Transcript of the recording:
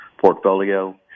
portfolio